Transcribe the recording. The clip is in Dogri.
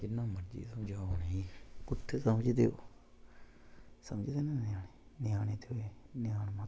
जिन्ना मर्जी समझाओ इनेंगी कुत्थें समझदे ओह् समझदे न ओह् ञ्यान मत